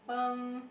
um